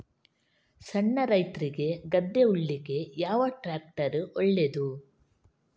ಸಣ್ಣ ರೈತ್ರಿಗೆ ಗದ್ದೆ ಉಳ್ಳಿಕೆ ಯಾವ ಟ್ರ್ಯಾಕ್ಟರ್ ಒಳ್ಳೆದು?